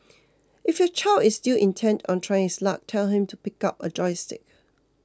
if your child is still intent on trying his luck tell him to pick up a joystick